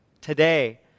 today